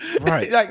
right